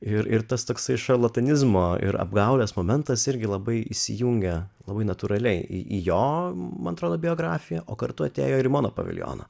ir ir tas toksai šarlatanizmo ir apgaulės momentas irgi labai įsijungia labai natūraliai į jo man atrodo biografiją o kartu atėjo ir mano paviljono